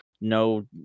no